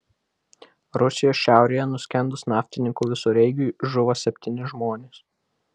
rusijos šiaurėje nuskendus naftininkų visureigiui žuvo septyni žmonės